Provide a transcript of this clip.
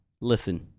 Listen